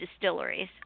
distilleries